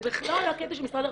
זה בכלל לא הקטע של משרד הרווחה.